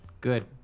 Good